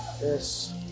Yes